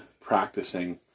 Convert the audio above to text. practicing